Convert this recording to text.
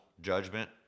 judgment